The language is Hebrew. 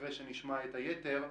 אחרי שנשמע את היתר.